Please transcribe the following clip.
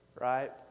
Right